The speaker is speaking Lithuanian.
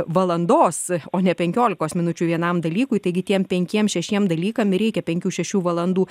valandos o ne penkiolikos minučių vienam dalykui taigi tiem penkiem šešiem dalykams ir reikia penkių šešių valandų